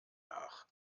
nach